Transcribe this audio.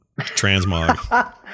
transmog